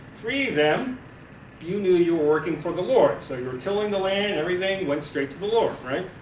three of them you knew that you were working for the lord, so you were tilling the land everything went straight to the lord right?